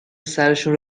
سرشون